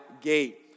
gate